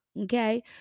okay